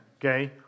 Okay